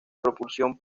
propulsión